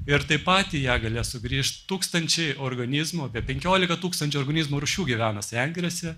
ir taip pat į ją galės sugrįžt tūkstančiai organizmų apie penkiolika tūkstančių organizmų rūšių gyvena sengirėse